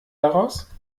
daraus